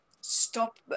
stop